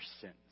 sins